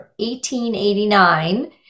1889